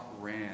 ran